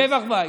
שבח וייס,